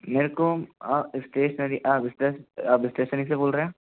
मेरे को स्टेशनरी आप स्टेश आप स्टेशनरी से बोल रहे हैं